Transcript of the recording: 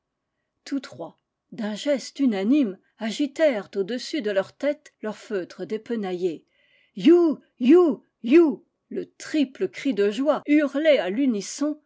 tous trois d'un geste unanime agitèrent au-dessus de leurs têtes leurs feutres dépenaillés lou lou lou le triple cri de joie hurlé à l'unisson